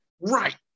Right